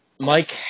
Mike